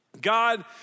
God